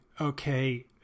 okay